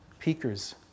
peakers